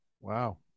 Wow